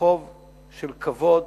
לפיכך אני קובע שהצעת חוק